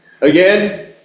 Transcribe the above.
Again